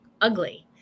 ugly